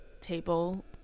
table